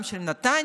גם של נתניה,